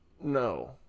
No